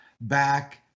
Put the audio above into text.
back